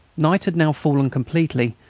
night had now fallen completely,